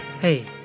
Hey